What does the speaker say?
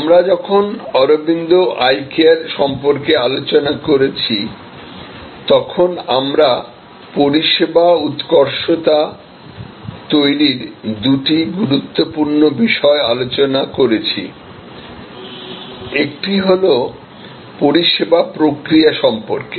আমরা যখন Aravind eye care সম্পর্কে আলোচনা করেছি তখন আমরা পরিষেবা উৎকর্ষতা তৈরির দুটি গুরুত্বপূর্ণ বিষয় আলোচনা করেছি একটি ছিল পরিষেবা প্রক্রিয়া সম্পর্কে